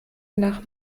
nach